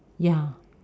ya